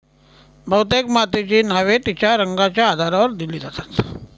बहुतेक मातीची नावे तिच्या रंगाच्या आधारावर दिली जातात